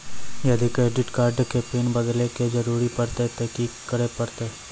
यदि credit card के pin बदले के जरूरी परतै ते की करे परतै?